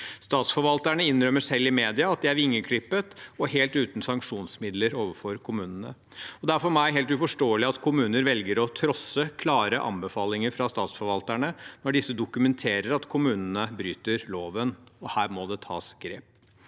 Statsforvalterne innrømmer selv i media at de er vingeklippet og helt uten sanksjonsmidler overfor kommunene. Det er for meg helt uforståelig at kommuner velger å trosse klare anbefalinger fra statsforvalterne når disse dokumenterer at kommunene bryter loven, og her må det tas grep.